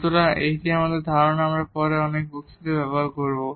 সুতরাং এই ধারণাটি আমরা পরে অনেক বক্তৃতায় ব্যবহার করব